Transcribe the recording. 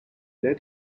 led